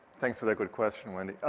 thanks for that good question wendy.